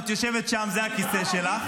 את יושבת שם, זה הכיסא שלך.